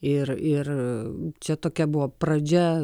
ir ir čia tokia buvo pradžia